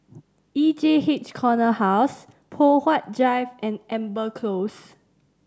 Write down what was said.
E J H Corner House Poh Huat Drive and Amber Close